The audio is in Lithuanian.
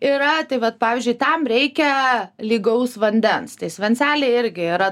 yra tai vat pavyzdžiui tam reikia lygaus vandens tai svencelė irgi yra